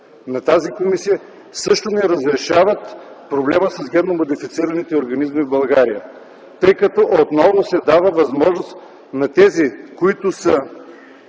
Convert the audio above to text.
от тази комисия, също не разрешават проблема с генно модифицираните организми в България, тъй като отново се дава възможност тези, които са